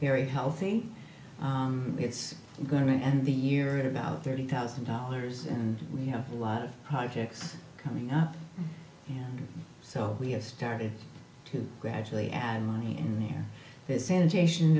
very healthy it's going to end the year at about thirty thousand dollars and we have a lot of projects coming up so we have started to gradually add money in there this sanitation